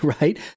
right